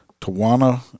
Tawana